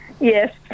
Yes